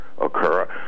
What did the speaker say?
occur